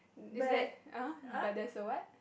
is there eh but there's a what